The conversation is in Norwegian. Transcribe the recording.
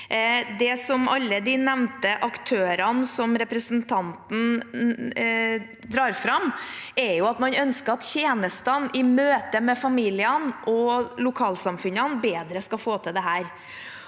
Det som alle de aktørene som representanten Raja nevner, har sagt, er at man ønsker at tjenestene, i møte med familiene og lokalsamfunnene, skal få til dette